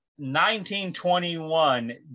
1921